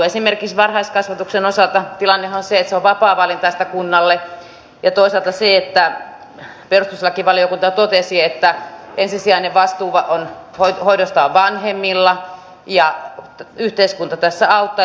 esimerkiksi varhaiskasvatuksen osalta tilannehan on se että se on vapaavalintaista kunnalle ja toisaalta perustuslakivaliokunta totesi että ensisijainen vastuu hoidosta on vanhemmilla ja yhteiskunta tässä auttaa